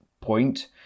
point